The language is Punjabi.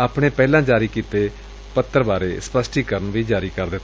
ਆਪਣੇ ਪਹਿਲਾਂ ਜਾਰੀ ਕੀਤੇ ਪੱਤਰ ਸਬੰਧੀ ਸਪੱਸ਼ਟੀਕਰਨ ਜਾਰੀ ਕੀਤੈ